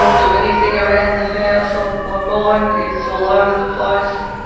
do anything around the house. um my mind is all over the place.